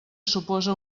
suposa